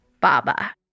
baba